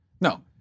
No